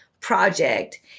project